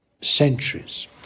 centuries